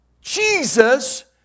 Jesus